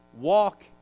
walk